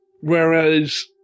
whereas